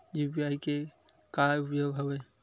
UPI के का उपयोग हवय?